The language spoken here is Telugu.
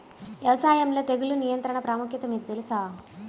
వ్యవసాయంలో తెగుళ్ల నియంత్రణ ప్రాముఖ్యత మీకు తెలుసా?